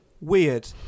weird